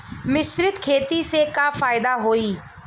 मिश्रित खेती से का फायदा होई?